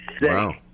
Wow